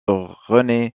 rené